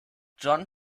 john